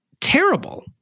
terrible